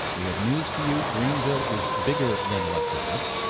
we have news for you, greenville is bigger than electrolux.